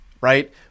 right